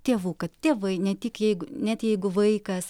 tėvų kad tėvai ne tik jeigu net jeigu vaikas